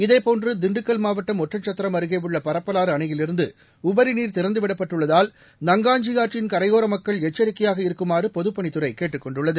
இதேபோன்று திண்டுக்கல் மாவட்டம் ஒட்டன்சத்திரம் அருகே உள்ள பரப்பலாறு அணையிலிருந்து உபரி நீர் திறந்து விடப்பட்டுள்ளதால் நங்காஞ்சியாற்றின் கரையோர மக்கள் எச்சரிக்கையாக இருக்குமாறு பொதுப்பணித்துறை கேட்டுக் கொண்டுள்ளது